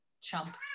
chump